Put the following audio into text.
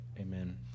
Amen